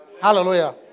Hallelujah